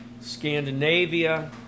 Scandinavia